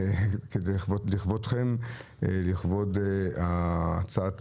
לכבודכם ולכבוד הצעת